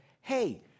hey